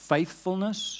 Faithfulness